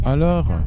Alors